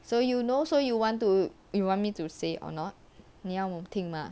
so you know so you want to you want me to say or not 你要我听 mah